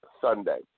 Sunday